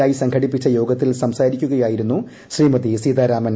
I സംഘടിപ്പിച്ച യോഗത്തിൽ സംസാരിക്കുകയായിരുന്നു ശ്രീമതി സീതാരാമൻ